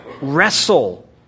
Wrestle